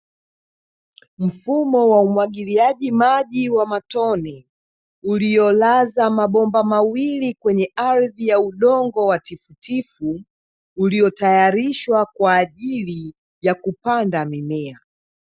Mfumo wa umwagiliaji maji wa matone, uliolaza mabomba mawili kwenye ardhi ya udongo wa tifutifu uliotayarishwa kwa ajili ya kupanda mimea.